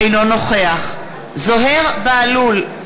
אינו נוכח זוהיר בהלול,